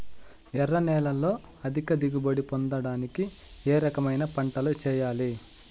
ఎర్ర నేలలో అధిక దిగుబడి పొందడానికి ఏ రకమైన పంటలు చేయాలి?